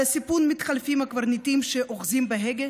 על הסיפון מתחלפים הקברניטים שאוחזים בהגה,